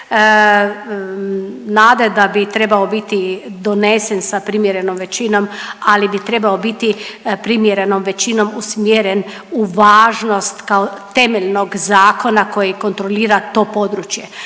nade da bi trebao biti donesen sa primjerenom većinom, ali bi trebao biti primjerenom većinom usmjeren u važnost kao temeljnog zakona koji kontrolira to područje,